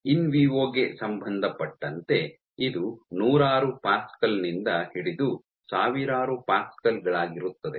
in vivo ಗೆ ಸಂಬಂಧಪಟ್ಟಂತೆ ಇದು ನೂರಾರು ಪ್ಯಾಸ್ಕಲ್ ನಿಂದ ಹಿಡಿದು ಸಾವಿರಾರು ಪ್ಯಾಸ್ಕಲ್ ಗಳಾಗಿರುತ್ತದೆ